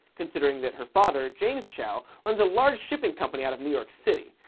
considering that her father, james chao, runs a large shipping company out of new york city.